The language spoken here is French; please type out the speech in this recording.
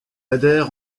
adhère